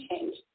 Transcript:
change